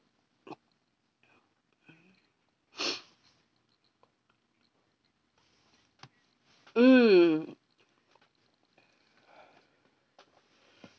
mm